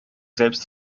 selbst